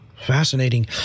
Fascinating